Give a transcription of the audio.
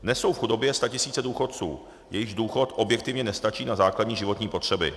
Dnes jsou v chudobě statisíce důchodců, jejichž důchod objektivně nestačí na základní životní potřeby.